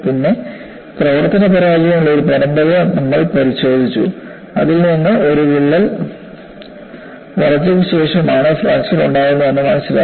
പിന്നെ പ്രവർത്തന പരാജയങ്ങളുടെ ഒരു പരമ്പര നമ്മൾ പരിശോധിച്ചു അതിൽനിന്ന് ഒരു വിള്ളൽ വളർച്ചയ്ക്ക് ശേഷം ആണ് ഫ്രാക്ചർ ഉണ്ടാവുന്നത് എന്ന് മനസ്സിലായി